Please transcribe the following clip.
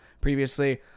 previously